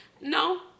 no